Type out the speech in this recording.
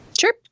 sure